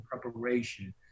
preparation